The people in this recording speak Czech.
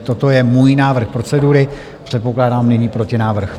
Toto je můj návrh procedury, předpokládám nyní protinávrh.